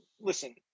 listen